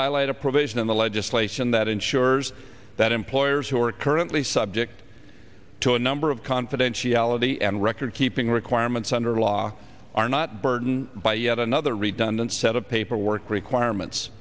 highlight a provision in the legislation that ensures that employers who are currently subject to a number of confidentiality and record keeping requirements under law are not burdened by yet another redundant set of paperwork requirements